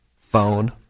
phone